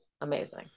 amazing